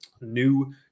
new